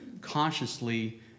consciously